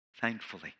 Thankfully